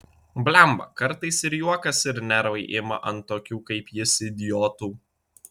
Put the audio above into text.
blemba kartais ir juokas ir nervai ima ant tokių kaip jis idiotų